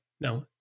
no